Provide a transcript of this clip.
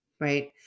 right